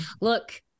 look